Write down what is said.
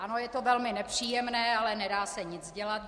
Ano, je to velmi nepříjemné, ale nedá se nic dělat.